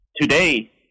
Today